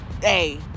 Hey